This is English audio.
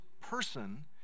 person